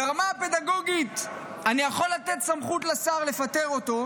ברמה הפדגוגית אני יכול לתת סמכות לשר לפטר אותו,